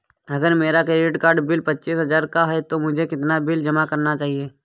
अगर मेरा credit card bill पच्चीस हजार का है तो मुझे कितना बिल जमा करना चाहिए?